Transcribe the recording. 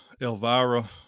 Elvira